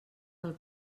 pel